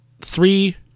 three